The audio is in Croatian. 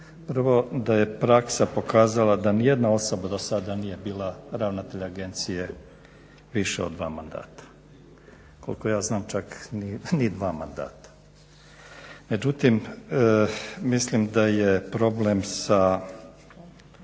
Prvo, da je praksa pokazala da nijedna osoba do sada nije bila ravnatelj agencije više od dva mandata, koliko ja znam čak ni dva mandata. Međutim, mislim da je problem sa